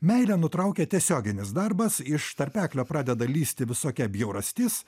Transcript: meilę nutraukia tiesioginis darbas iš tarpeklio pradeda lįsti visokia bjaurastis